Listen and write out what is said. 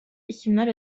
isimler